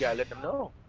yeah like and